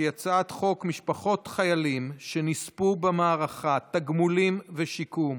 חוק משפחות חיילים שנספו במערכה (תגמולים ושיקום)